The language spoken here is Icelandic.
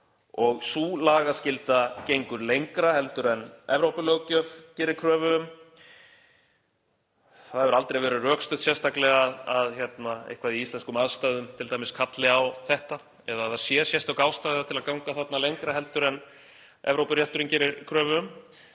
og sú lagaskylda gengur lengra heldur en Evrópulöggjöf gerir kröfu um. Það hefur aldrei verið rökstutt sérstaklega að eitthvað í íslenskum aðstæðum t.d. kalli á þetta eða að það sé sérstök ástæða til að ganga þarna lengra heldur en Evrópurétturinn gerir kröfu um